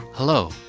Hello